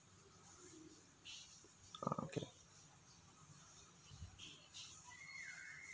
ah okay